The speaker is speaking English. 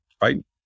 Right